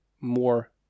more